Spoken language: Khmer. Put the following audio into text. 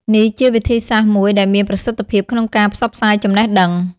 នេះជាវិធីសាស្ត្រមួយដែលមានប្រសិទ្ធភាពក្នុងការផ្សព្វផ្សាយចំណេះដឹង។